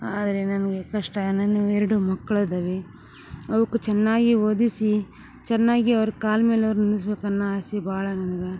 ಆದರೆ ನನಗೆ ಕಷ್ಟ ನನ್ನ ಎರಡು ಮಕ್ಳೂ ಇದಾವೆ ಅವುಕ್ ಚನ್ನಾಗಿ ಓದಿಸಿ ಚನ್ನಾಗಿ ಅವ್ರ್ ಕಾಲ್ಮೇಲ್ ಅವ್ರ್ ನಿಲ್ಲಿಸ್ಬೇಕ್ ಅನ್ನೋ ಆಸಿ ಬಾಳ ನನಗ